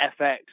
FX